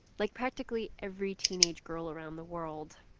like practically every teenage girl around the world,